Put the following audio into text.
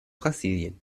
brasilien